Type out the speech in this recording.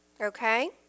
Okay